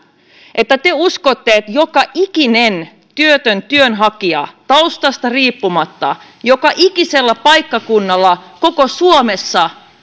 että te uskotte että joka ikinen työtön työnhakija taustasta riippumatta joka ikisellä paikkakunnalla koko suomessa